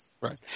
right